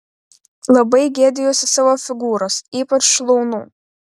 labai gėdijuosi savo figūros ypač šlaunų